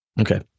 Okay